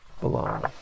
belong